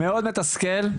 מאוד מתסכל,